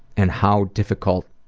and how difficult